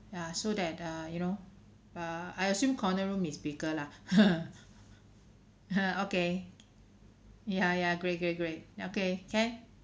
ya so that err you know uh I assume corner room is bigger lah okay ya ya great great great okay can